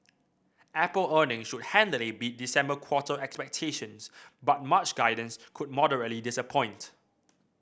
apple earnings should handily beat December quarter expectations but March guidance could moderately disappoint